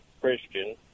Christian